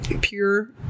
pure